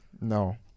No